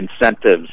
incentives